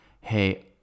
hey